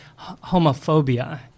homophobia